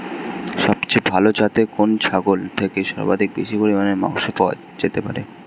সবচেয়ে ভালো যাতে কোন ছাগল থেকে সর্বাধিক বেশি পরিমাণে মাংস পাওয়া যেতে পারে?